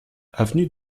avenue